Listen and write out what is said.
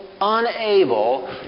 unable